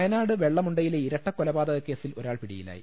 വയനാട് വെള്ളമുണ്ടയിലെ ഇരട്ടക്കൊലപാത കക്കേസിൽ ഒരാൾ പിടിയിലായി